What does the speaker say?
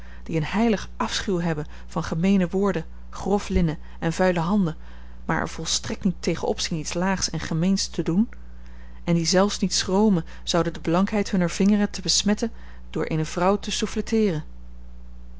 die een heiligen afschuw hebben van gemeene woorden grof linnen en vuile handen maar er volstrekt niet tegen opzien iets laags en gemeens te doen en die zelfs niet schromen zouden de blankheid hunner vingeren te besmetten door eene vrouw te